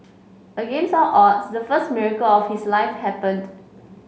against all odds the first miracle of his life happened